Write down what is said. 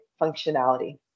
functionality